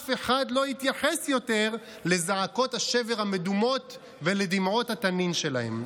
אף אחד לא יתייחס יותר לזעקות השבר המדומות ולדמעות התנין שלהם,